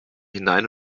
hinein